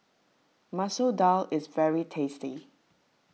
Masoor Dal is very tasty